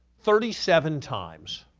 thirty seven times,